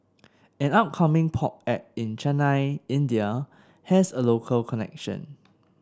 an upcoming pop act in Chennai India has a local connection